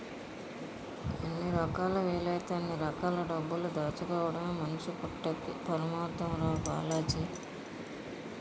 ఎన్ని రకాలా వీలైతే అన్ని రకాల డబ్బులు దాచుకోడమే మనిషి పుట్టక్కి పరమాద్దం రా బాలాజీ